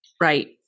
Right